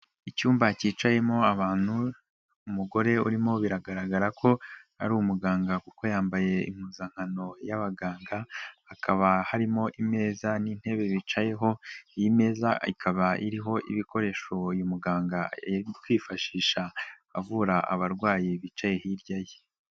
Icyumba cyicayemo abantu umugore urimo biragaragara ko ari umuganga kuko yambaye impuzankano y'abaganga, hakaba harimo ameza n'intebe bicayeho, iyi meza ikaba iriho ibikoresho uyu muganga yakwifashisha avura abarwayi bicaye hirya ye.